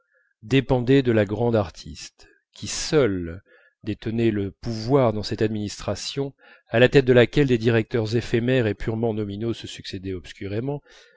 dépendaient de la grande artiste qui seule détenait le pouvoir dans cette administration à la tête de laquelle des directeurs éphémères et purement nominaux se succédaient obscurément